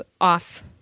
off